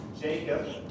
Jacob